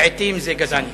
לעתים זה גזעני.